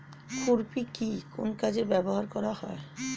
খুরপি কি কোন কাজে ব্যবহার করা হয়?